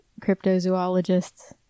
cryptozoologists